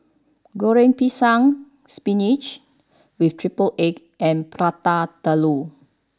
Goreng Pisang spinach with triple egg and Prata Telur